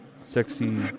sexy